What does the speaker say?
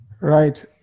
Right